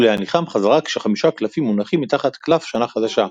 ולהניחם חזרה כשחמישה קלפים מונחים מתחת קלף 'שנה חדשה',